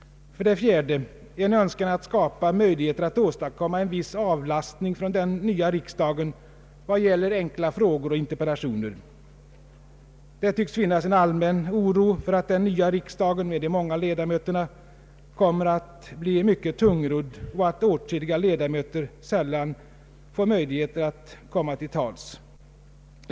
4. En önskan att skapa möjligheter att åstadkomma en viss avlastning från den nya riksdagen vad gäller enkla frågor och interpellationer. Det tycks finnas en ganska allmän oro för att den nya riksdagen med de många ledamöterna kommer att bli mycket tungrodd och att åtskilliga ledamöter sällan får möjlighet att komma till tals.